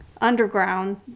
underground